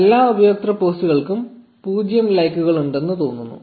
എല്ലാ ഉപയോക്തൃ പോസ്റ്റുകൾക്കും 0 ലൈക്കുകൾ ഉണ്ടെന്ന് തോന്നുന്നു